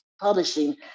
publishing